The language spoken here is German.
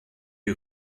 die